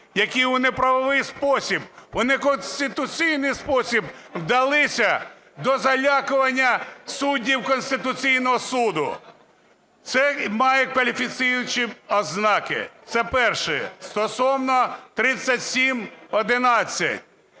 які у неправовий спосіб, у неконституційний спосіб вдалися до залякування суддів Конституційного Суду. Це має кваліфікуючі ознаки – це перше. Стосовно 3711.